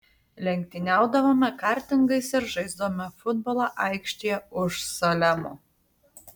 lenktyniaudavome kartingais ir žaisdavome futbolą aikštėje už salemo